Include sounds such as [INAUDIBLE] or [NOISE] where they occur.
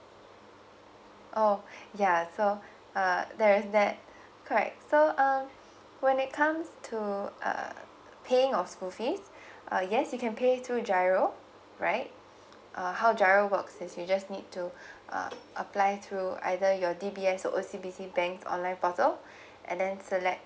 oh [BREATH] ya so uh there is that correct so uh when it comes to uh paying of school fees [BREATH] uh yes you can pay it through giro right uh how giro works is you just need to [BREATH] uh apply it through either your D_B_S or O_C_B_C bank online portal [BREATH] and then select